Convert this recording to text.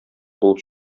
булып